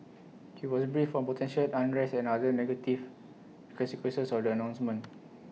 he was briefed on potential unrest and other negative consequences of the announcement